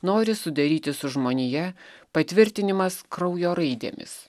nori sudaryti su žmonija patvirtinimas kraujo raidėmis